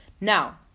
Now